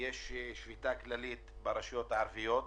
יש שביתה כללית ברשויות הערביות,